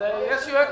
סוף סוף